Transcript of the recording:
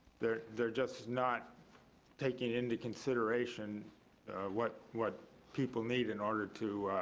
they're they're just not taking into consideration what what people need in order to